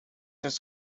his